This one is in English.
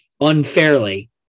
unfairly